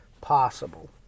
possible